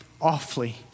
awfully